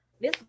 Miss